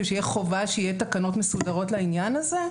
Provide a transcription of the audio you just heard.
שתהיה חובה שיהיו תקנות מסודרות לעניין הזה?